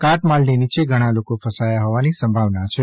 કાટમાળની નીચે ઘણાં લોકો ફસાયા હોવાની સંભાવના છે